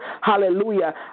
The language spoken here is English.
Hallelujah